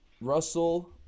Russell